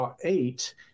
eight